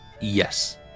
Yes